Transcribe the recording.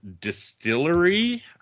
Distillery